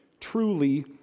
truly